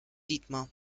dietmar